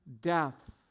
death